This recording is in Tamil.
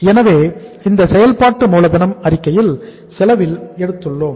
எனவே இந்த செயல்பாட்டு மூலதனம் அறிக்கையில் செலவில் எடுத்துள்ளோம்